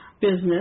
business